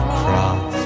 cross